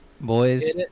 boys